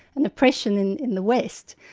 and repression in in the west.